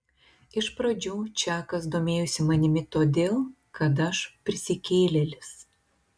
iš pradžių čakas domėjosi manimi todėl kad aš prisikėlėlis